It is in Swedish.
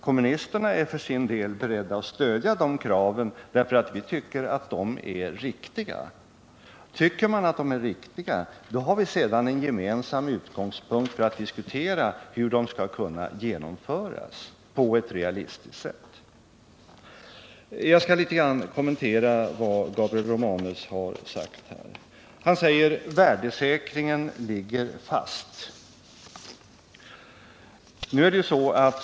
Kommunisterna är beredda att stödja kraven, då vi tycker att de är riktiga. Om man tycker att de är riktiga, har man sedan en gemensam utgångspunkt för att diskutera hur de på ett realistiskt sätt skall kunna tillgodoses. Jag skall litet grand kommentera vad Gabriel Romanus har sagt. Han sade bl.a. att värdesäkringen ligger fast.